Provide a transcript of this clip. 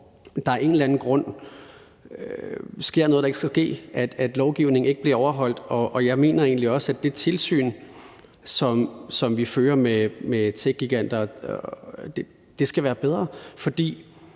der ikke skal ske, altså at lovgivningen ikke bliver overholdt. Jeg mener egentlig også, at det tilsyn, som vi fører med techgiganter, skal være bedre.